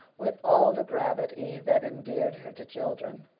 with all the gravity that endeared her to children,